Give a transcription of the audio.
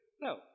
No